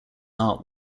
art